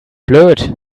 blöd